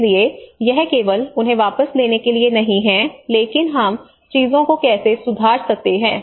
इसलिए यह केवल उन्हें वापस लेने के लिए नहीं है लेकिन हम चीजों को कैसे सुधार सकते हैं